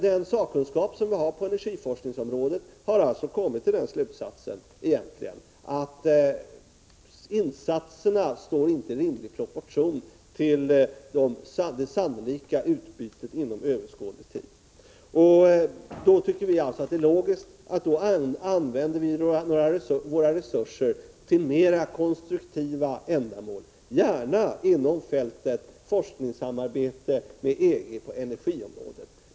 De sakkunniga som vi har på energiforskningsområdet har kommit till slutsatsen att insatserna egentligen inte står i rimlig proportion till det sannolika utbytet inom överskådlig tid. Då tycker vi att det är logiskt att använda våra resurser för mera konstruktiva ändamål, gärna inom fältet forskningssamarbete med EG på energiområdet.